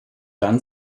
dann